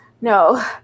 no